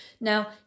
Now